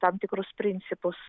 tam tikrus principus